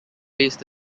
based